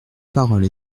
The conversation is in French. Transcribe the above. parole